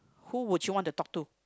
who would you want to talk to